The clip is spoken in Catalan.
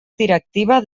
directiva